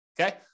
Okay